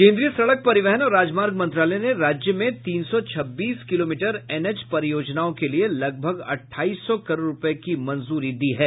केन्द्रीय सड़क परिवहन और राजमार्ग मंत्रालय ने राज्य में तीन सौ छब्बीस किलोमीटर एनएच परियोजनाओं के लिए लगभग अट्ठाईस सौ करोड़ रूपये की मंजूरी दी गयी है